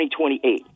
2028